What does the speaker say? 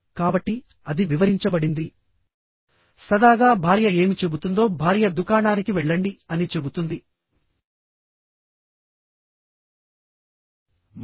కాబట్టి అది వివరించబడింది సరదాగా భార్య ఏమి చెబుతుందో భార్య దుకాణానికి వెళ్లండి అని చెబుతుంది మల్చ్